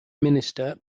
minister